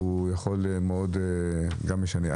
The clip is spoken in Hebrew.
גם משנה.